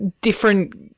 different